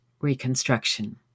Reconstruction